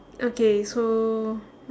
okay so